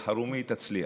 אלחרומי, תצליח.